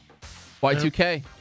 Y2K